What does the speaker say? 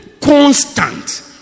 constant